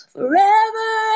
Forever